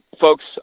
folks